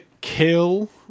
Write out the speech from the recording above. kill